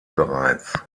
bereits